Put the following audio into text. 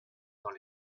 dans